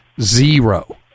zero